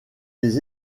des